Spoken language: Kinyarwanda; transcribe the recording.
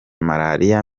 malariya